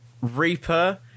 Reaper